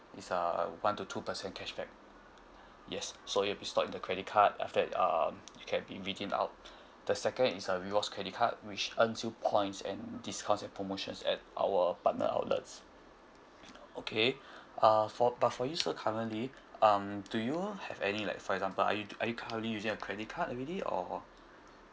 this uh one to two percent cashback yes so it will be stored in the credit card after that uh it can be redeemed out the second is a rewards credit card which earns you points and discounts and promotions at our partner outlets okay uh for but for you sir currently um do you have any like for example are you are you currently using a credit card already or